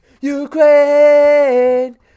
Ukraine